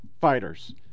fighters